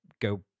go